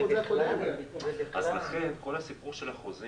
לכן יש לנו עוד הרבה